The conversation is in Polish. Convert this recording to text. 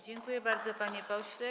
Dziękuję bardzo, panie pośle.